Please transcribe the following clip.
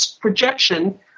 projection